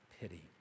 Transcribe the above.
pity